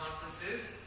conferences